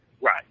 Right